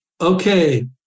Okay